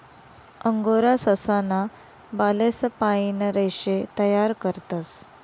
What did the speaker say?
angora ससा ना बालेस पाइन रेशे तयार करतस